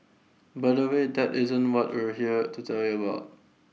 but anyway that isn't what we're here to tell you about